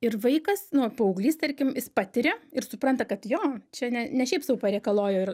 ir vaikas nu paauglys tarkim jis patiria ir supranta kad jo čia ne ne šiaip sau parėkalojo ir